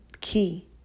key